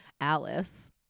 Alice